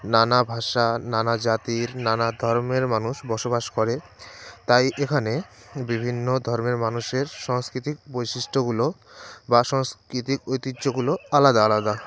নানা ভাষা নানা জাতির নানা ধর্মের মানুষ বসবাস করে তাই এখানে বিভিন্ন ধর্মের মানুষের সাংস্কৃতিক বৈশিষ্ট্যগুলো বা সাংস্কৃতিক ঐতিহ্যগুলো আলাদা আলাদা